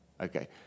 Okay